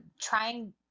trying